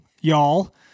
y'all